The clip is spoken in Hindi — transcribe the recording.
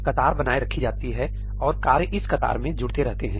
एक कतार बनाए रखी जाती है और कार्य इस कतार में जुड़ते रहते हैं